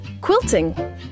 Quilting